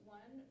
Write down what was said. one